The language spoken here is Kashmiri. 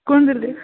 کُنڈلہِ